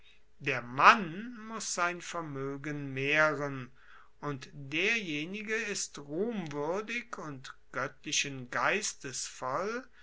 der mann muss sein vermoegen mehren und derjenige ist ruhmwuerdig und goettlichen